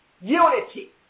Unity